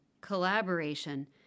collaboration